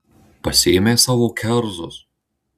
pasiėmei savo kerzus